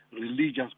religious